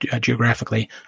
geographically